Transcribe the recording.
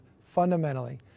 fundamentally